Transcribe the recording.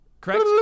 Correct